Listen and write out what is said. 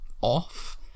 off